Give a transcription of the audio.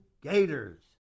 Gators